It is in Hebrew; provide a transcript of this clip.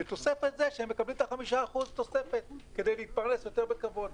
בתוספת זה שהם מקבלים את ה-5% תוספת כדי להתפרנס יותר בכבוד.